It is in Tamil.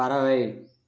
பறவை